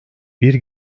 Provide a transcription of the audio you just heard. bir